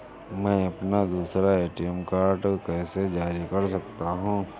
मैं अपना दूसरा ए.टी.एम कार्ड कैसे जारी कर सकता हूँ?